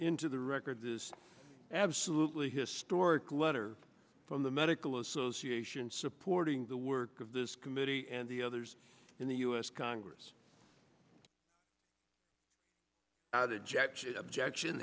into the record this absolutely historic letter from the medical association supporting the work of this committee and the others in the u s congress outage actually objection